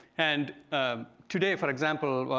and ah today for example,